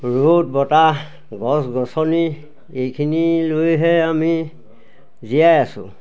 ৰ'দ বতাহ গছ গছনি এইখিনি লৈহে আমি জীয়াই আছো